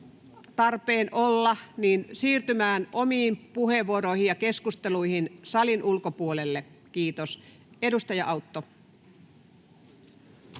tarpeen olla, siirtymään omiin puheenvuoroihin ja keskusteluihin salin ulkopuolelle, kiitos. — Edustaja Autto.